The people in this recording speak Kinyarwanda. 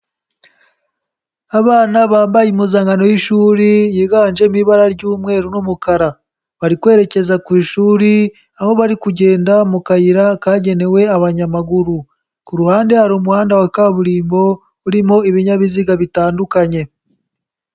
Abana bambaye impuzankano y'ishuri yiganjemo ibara ry'umweru n'umukara. Bari kwerekeza ku ishuri, aho bari kugenda mu kayira kagenewe abanyamaguru. Ku ruhande hari umuhanda wa kaburimbo urimo ibinyabiziga bitandukanye.